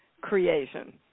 creation